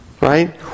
right